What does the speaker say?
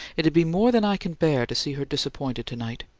it'd be more than i can bear to see her disappointed to-night!